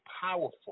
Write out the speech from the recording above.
powerful